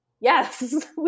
yes